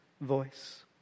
voice